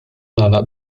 nagħlaq